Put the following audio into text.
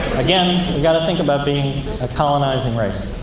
again, we gotta think about being a colonizing race.